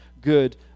good